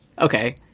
Okay